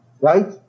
right